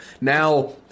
Now